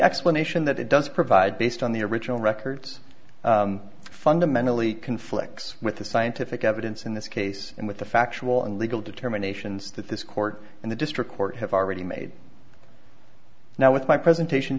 explanation that it does provide based on the original records fundamentally conflicts with the scientific evidence in this case and with the factual and legal determinations that this court and the district court have already made now with my presentation